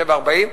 7.40,